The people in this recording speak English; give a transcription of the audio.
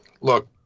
Look